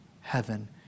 heaven